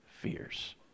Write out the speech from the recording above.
fears